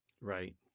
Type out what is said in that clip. Right